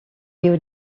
you